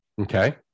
Okay